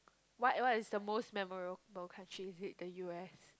what what is the most memorable countries is it the U_S